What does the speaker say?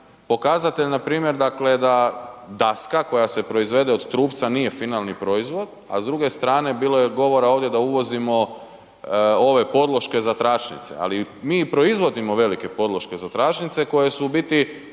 pokazatelj npr. da daska koja se proizvede od trupca nije finalni proizvod, a s druge strane bilo je govora ovdje da uvozimo ove podloške za tračnice. Ali mi i proizvodimo velike podloške za tračnice koje su u biti